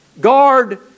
guard